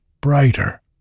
brighter